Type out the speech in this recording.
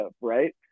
right